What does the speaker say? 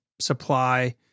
supply